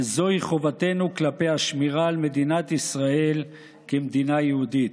וזוהי חובתנו כלפי השמירה על מדינת ישראל כמדינה יהודית.